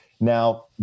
Now